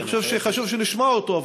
אני חושב שחשוב שנשמע אותו,